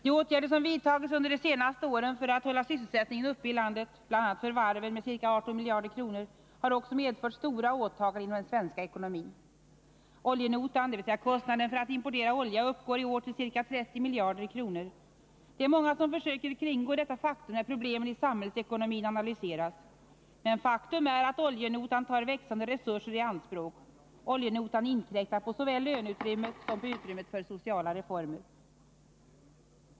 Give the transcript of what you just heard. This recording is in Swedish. De åtgärder som vidtagits under de senaste åren för 11 december 1980 att hålla sysselsättningen uppe inom landet — bl.a. för varven till en kostnad av ca 18 milj.kr. — har också medfört stora åtaganden inom den svenska miljarder kronor. Det är många som försöker kringgå denna realitet när problemen i samhällsekonomin analyseras. Men faktum är att oljenotan tar växande resurser i anspråk. Oljenotan inkränktar på såväl löneutrymmet som utrymmet för sociala reformer.